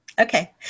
Okay